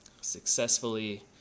successfully